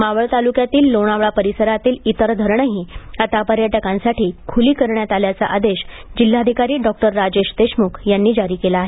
मावळ तालुक्यातील लोणावळा परिसरातील इतर धरणंही आता पर्यटकांसाठी खुली करण्यात आली असल्याचा आदेश जिल्हाधिकारी डॉक्टर राजेश देशमुख यांनी जारी केला आहे